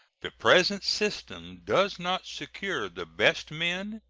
the present system does not secure the best men,